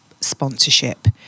sponsorship